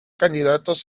candidatos